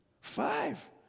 Five